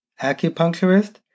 acupuncturist